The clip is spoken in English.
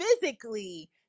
physically